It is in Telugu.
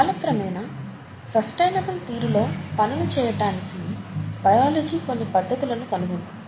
కాలక్రమేణా సస్టైనబుల్ తీరు లో పనులు చేయటానికి బయాలజీ కొన్ని పద్ధతులను కనుగొంది